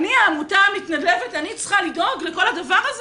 אני, העמותה המתנדבת, צריכה לדאוג לכל הדבר הזה?